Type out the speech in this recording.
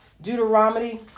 Deuteronomy